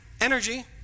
energy